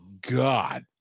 God